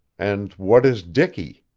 and what is dicky?